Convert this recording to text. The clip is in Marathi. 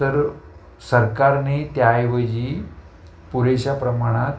तर सरकारने त्याऐवजी पुरेशा प्रमाणात